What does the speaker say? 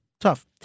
Tough